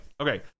okay